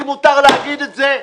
לי מותר להגיד את זה,